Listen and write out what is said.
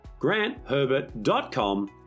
grantherbert.com